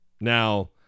Now